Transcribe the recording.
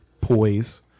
poise